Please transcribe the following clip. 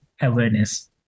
awareness